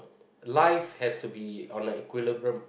life has to be on a equilibrium